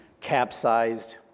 capsized